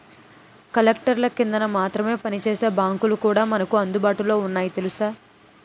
కలెక్టర్ల కిందన మాత్రమే పనిచేసే బాంకులు కూడా మనకు అందుబాటులో ఉన్నాయి తెలుసా